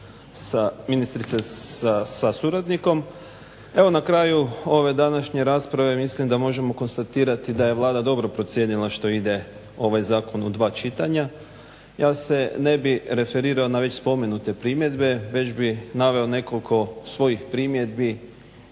sa suradnikom. Evo na kraju ove današnje rasprave mislim da možemo konstatirati da je Vlada dobro procijenila što ide ovaj zakon u dva čitanja. Ja se ne bih referirao na već spomenute primjere već bi naveo nekoliko svojih primjedbi,